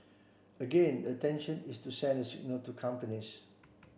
again the intention is to send a signal to companies